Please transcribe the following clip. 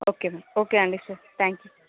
okay madam okay అండి thank you